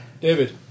David